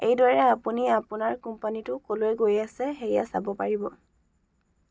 এইদৰে আপুনি আপোনাৰ কোম্পানীটো ক'লৈ গৈ আছে সেয়া চাব পাৰিব